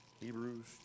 Hebrews